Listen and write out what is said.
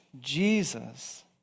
Jesus